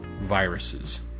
viruses